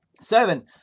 Seven